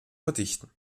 verdichten